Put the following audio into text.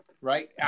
right